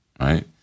right